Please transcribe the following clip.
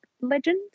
legend